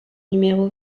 numéro